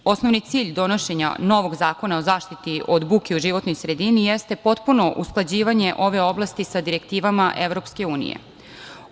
Osnovni cilj donošenja novog zakona o zaštiti od buke u životnoj sredini jeste potpuno usklađivanje ove oblasti sa direktivama Evropske unije.